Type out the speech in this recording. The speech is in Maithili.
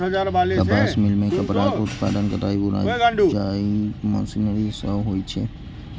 कपास मिल मे कपड़ाक उत्पादन कताइ बुनाइ मशीनरी सं होइ छै